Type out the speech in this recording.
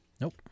Nope